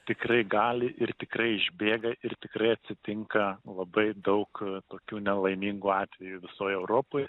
tikrai gali ir tikrai išbėga ir tikrai atsitinka labai daug tokių nelaimingų atvejų visoj europoj